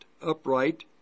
upright